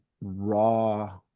raw